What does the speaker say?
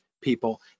people